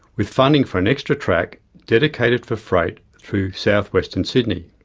with funding for an extra track, dedicated for freight through south-western sydney.